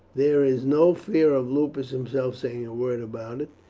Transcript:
there is no fear of lupus himself saying a word about it.